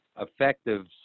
effective